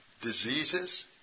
diseases